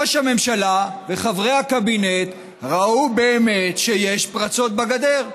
ראש הממשלה וחברי הקבינט ראו באמת שיש פרצות בגדר,